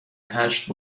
هشت